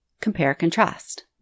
compare-contrast